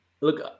Look